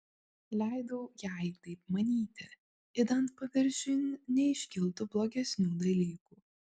leidau jai taip manyti idant paviršiun neiškiltų blogesnių dalykų